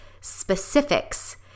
specifics